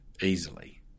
easily